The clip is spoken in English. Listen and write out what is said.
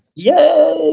yeah,